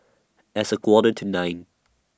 as A Quarter to nine